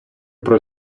про